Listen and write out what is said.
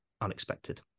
unexpected